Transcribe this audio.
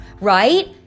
right